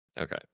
Okay